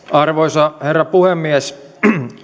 arvoisa herra puhemies